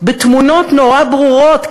בתמונות נורא ברורות,